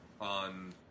on